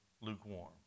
lukewarm